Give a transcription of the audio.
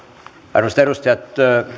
arvoisat edustajat